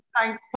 Thanks